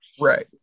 Right